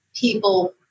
people